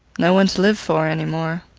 no one to live for anymore.